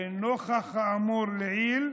נוכח האמור לעיל,